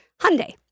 Hyundai